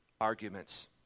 arguments